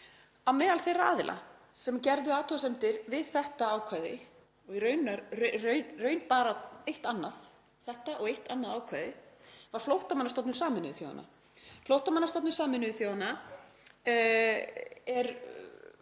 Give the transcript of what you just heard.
Á meðal þeirra aðila sem gerðu athugasemdir við þetta ákvæði, og í raun bara eitt annað, þetta og eitt annað ákvæði, var Flóttamannastofnun Sameinuðu þjóðanna. Flóttamannastofnun Sameinuðu þjóðanna er